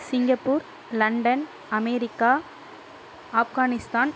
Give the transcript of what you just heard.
Singapore London America Afghanistan